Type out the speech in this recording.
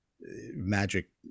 magic